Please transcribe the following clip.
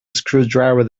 screwdriver